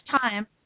time